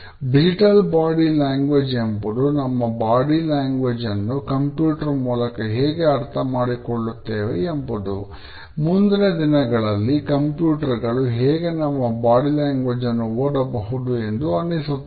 digital body language ಅನ್ನು ಓದಬಹುದು ಎಂದು ಅನ್ನಿಸುತ್ತದೆ